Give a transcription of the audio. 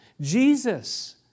Jesus